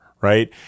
right